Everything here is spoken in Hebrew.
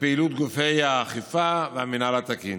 לפעילות גופי האכיפה והמינהל התקין.